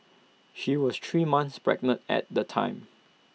she was three months pregnant at the time